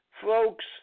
folks